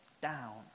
down